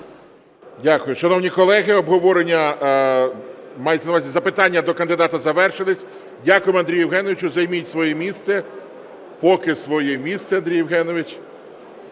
на увазі, запитання до кандидата завершились. Дякуємо, Андрію Євгеновичу. Займіть своє місце, поки своє місце, Андрій Євгенович.